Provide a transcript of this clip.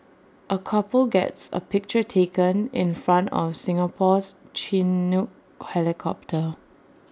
A couple gets A picture taken in front of Singapore's Chinook helicopter